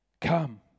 come